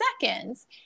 seconds